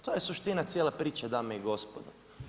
To je suština cijele priče, dame i gospodo.